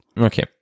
Okay